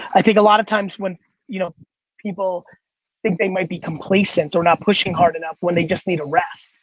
i think a lot of times when you know people think they might be complacent or not pushing hard enough when they just need a rest,